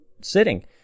sitting